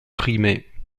crimée